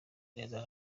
neza